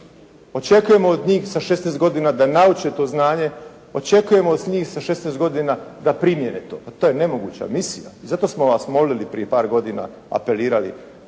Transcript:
Očekujemo od njih sa 16 godina da nauče to znanje. Očekujemo od njih sa 16 godina da primijene to. Pa to je nemoguća misija. Zato smo vas molili prije par godina, apelirali: